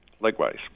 Likewise